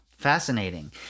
Fascinating